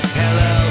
hello